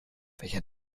welcher